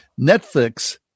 Netflix